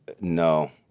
No